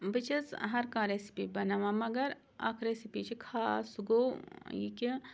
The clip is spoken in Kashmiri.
بہٕ چھَس ہَر کانٛہہ ریسِپی بَناوان مگر اَکھ ریسِپی چھِ خاص سُہ گوٚو یہِ کہِ